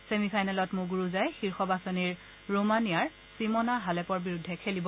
চেমিফাইনেলত মুণুৰুজাই শীৰ্ষ বাচনিৰ ৰোমানীয়াৰ চিমনা হালেপৰ বিৰুদ্ধে খেলিব